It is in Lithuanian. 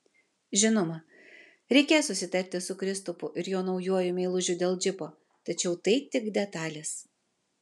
žinoma reikės susitarti su kristupu ir jo naujuoju meilužiu dėl džipo tačiau tai tik detalės